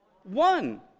One